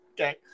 Okay